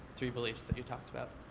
three beliefs that you talked about?